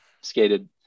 skated